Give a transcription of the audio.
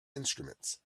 instruments